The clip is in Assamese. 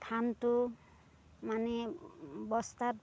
ধানটো মানে বস্তাত ভৰাই